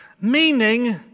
Meaning